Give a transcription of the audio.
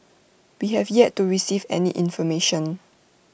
we have yet to receive any information